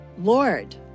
Lord